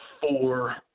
four